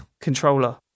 controller